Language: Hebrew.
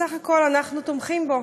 בסך הכול אנחנו תומכים בו,